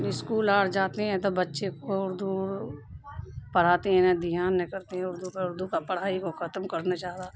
school اور جاتے ہیں تو بچے کو اردو پڑھاتے ہیں نا دھیان نہیں کرتے ہیں اردو کا اردو کا پڑھائی کو ختم کرنا چاہ رہا